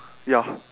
ya